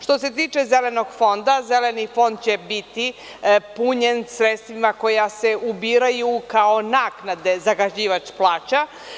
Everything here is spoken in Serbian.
Što se tiče zelenog fonda, zeleni fond će biti punjen sredstvima koja se ubiraju kao naknade koje zagađivač plaća.